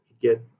get